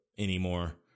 anymore